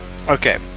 Okay